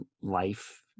life